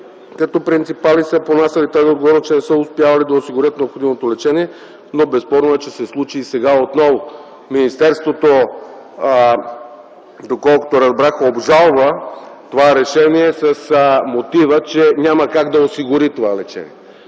като принципали са понасяли тази отговорност, че не са успявали да осигурят необходимото лечение, но безспорно е, че сега се случи отново. Министерството, доколкото разбрах, обжалва решението с мотива, че няма как да осигури това лечение.